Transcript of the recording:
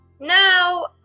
now